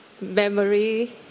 memory